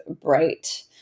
bright